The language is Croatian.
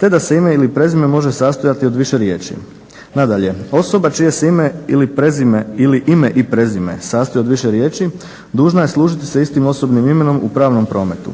te da se ime ili prezime može sastojati od više riječi. Nadalje, osoba čije se ime ili prezime ili ime i prezime sastoji od više riječi dužna je služiti se istim osobnim imenom u pravnom prometu